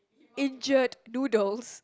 injured noodles